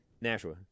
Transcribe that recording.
Nashua